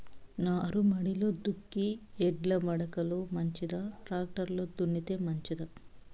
నారుమడిలో దుక్కి ఎడ్ల మడక లో మంచిదా, టాక్టర్ లో దున్నితే మంచిదా?